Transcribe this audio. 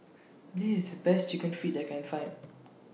This IS The Best Chicken Feet that I Can Find